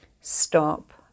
stop